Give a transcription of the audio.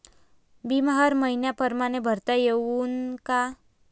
बिमा हर मइन्या परमाने भरता येऊन का?